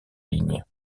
ligne